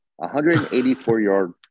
184-yard